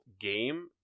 game